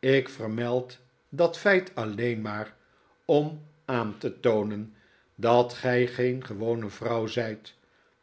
ik vermeld dat feit alleen maar om aan te toonen dat gij geen gewone vrouw zijt